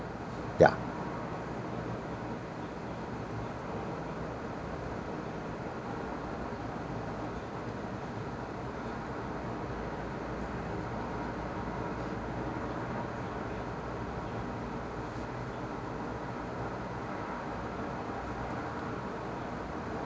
ya